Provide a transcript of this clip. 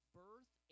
birth